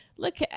Look